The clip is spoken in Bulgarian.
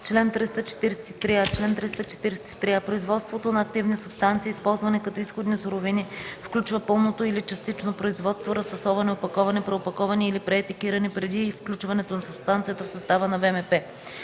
чл. 343а: „Чл. 343а. Производството на активни субстанции, използвани като изходни суровини, включва пълното или частично производство, разфасоване, опаковане, преопаковане или преетикетиране преди включването на субстанцията в състава на ВМП.”